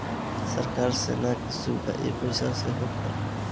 सरकार सेना के सुविधा इ पईसा से होत बाटे